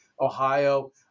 Ohio